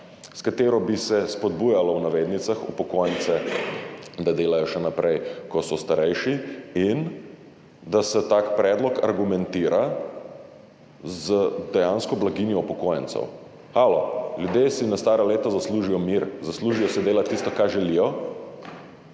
s katero bi se spodbujalo, v navednicah, upokojence, da delajo še naprej, ko so starejši, in da se tak predlog argumentira z dejansko blaginjo upokojencev. Halo! Ljudje si na stara leta zaslužijo mir, zaslužijo si delati tisto, kar želijo,